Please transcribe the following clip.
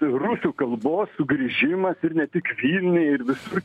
rusų kalbos sugrįžimas ir ne tik vilniuj ir visur